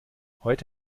heute